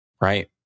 right